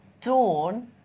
Dawn